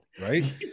right